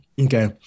Okay